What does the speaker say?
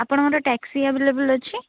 ଆପଣଙ୍କର taxi available ଅଛି